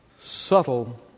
subtle